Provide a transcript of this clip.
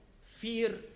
fear